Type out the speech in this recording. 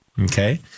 Okay